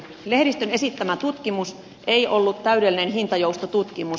lehdistön esittämä tutkimus ei ollut täydellinen hintajoustotutkimus